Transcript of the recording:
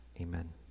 amen